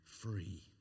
free